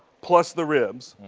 plus the ribs.